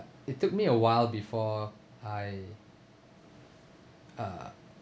it took me a while before I uh